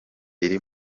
iri